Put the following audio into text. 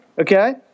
Okay